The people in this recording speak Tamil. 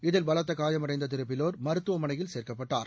இதில் பலத்த காயம் அடைந்த திரு பிலோர் மருத்துவ மனையில் சேர்க்கப்பட்டார்